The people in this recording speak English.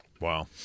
Wow